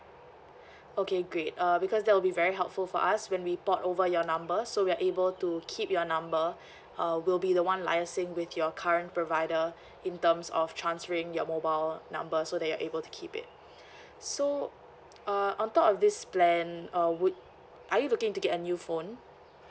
okay great uh because that will be very helpful for us when we port over your number so we are able to keep your number uh we'll be the one liaising with your current provider in terms of transferring your mobile number so that you're able to keep it so uh on top of this plan uh would are you looking to get a new phone